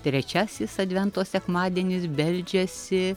trečiasis advento sekmadienis beldžiasi